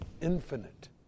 infinite